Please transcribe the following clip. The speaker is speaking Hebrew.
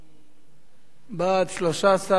בעד, 13, אחד נגד.